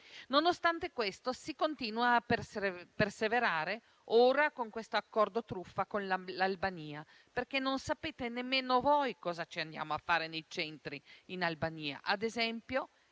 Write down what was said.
Nonostante questo, si continua a perseverare ora con tale accordo truffa con l'Albania, perché non sapete nemmeno voi cosa ci andiamo a fare nei centri, in Albania.